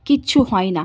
কিচ্ছু হয় না